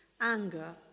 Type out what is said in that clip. anger